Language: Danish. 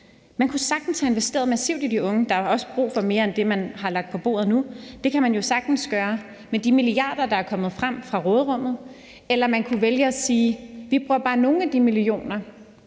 Man kunne sagtens have investeret massivt i de unge. Der er også brug for mere end det, man har lagt på bordet nu. Det kan man jo sagtens gøre med de milliarder, der er kommet frem fra råderummet, eller man kunne vælge at sige: Vi bruger bare nogle af de millioner